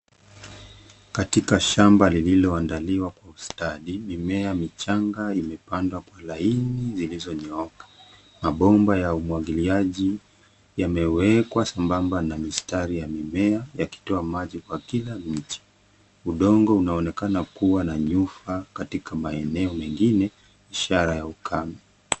Katika shamba lililoandaliwa kwa ustadi, mimea michanga imepandwa kwa laini zilizonyooka. Mabomba ya umwagiliaji yamewekwa sambamba na mistari ya mimea yakitoa maji kwa kila miche. Udongo unaonekana kuwa na nyufa katika maeneo mengine ishara ya ukame.